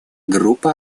группы